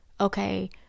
okay